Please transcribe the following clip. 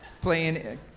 playing